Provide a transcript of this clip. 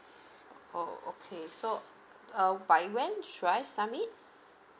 oh okay so uh by when should I submit